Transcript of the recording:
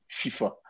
FIFA